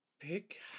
Pick